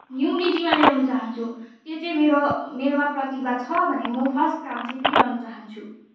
युनिटीमा ल्याउन चाहन्छु त्यो चाहिँ मेरो मेरोमा प्रतिभा छ भने चाहिँ म फर्स्ट काम चाहिँ त्यही गर्न चाहन्छु